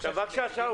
בבקשה, שאול.